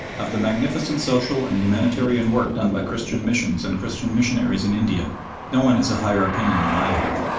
of the magnificent social and humanitarian work done by christian missions and christian missionaries in india no one has a higher opinion than i have.